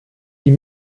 die